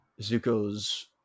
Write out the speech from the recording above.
Zuko's